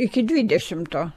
iki dvidešimto